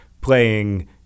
playing